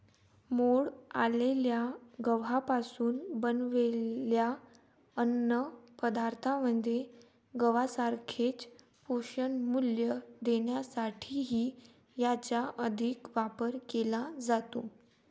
मोड आलेल्या गव्हापासून बनवलेल्या अन्नपदार्थांमध्ये गव्हासारखेच पोषणमूल्य देण्यासाठीही याचा अधिक वापर केला जातो